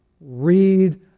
read